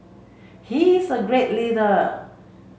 he is a great leader